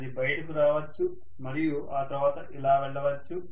అది బయటకు రావచ్చు మరియు ఆ తరువాత ఇలా వెళ్ళవచ్చు